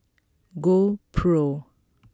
GoPro